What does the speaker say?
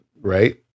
right